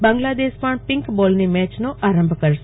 બાંલાદશ પણ પિક બોલની મેચનો આરંભ કરશે